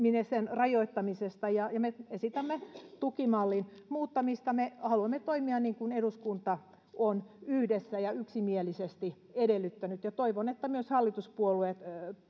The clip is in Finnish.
rajoittamisesta ja ja me esitämme tukimallin muuttamista me haluamme toimia niin kuin eduskunta on yhdessä ja yksimielisesti edellyttänyt toivon että myös hallituspuolueet